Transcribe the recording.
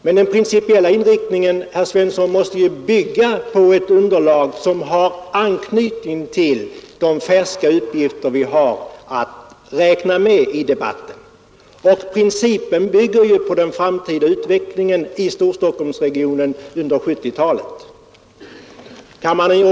Men den principiella inriktningen, herr Svensson, måste ju bygga på ett underlag som har anknytning till de färska uppgifter vi har att räkna med i debatten, och principen bygger på den framtida utvecklingen i Storstockholmsregionen under 1970-talet.